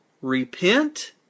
Repent